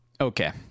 Okay